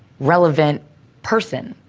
relevant person.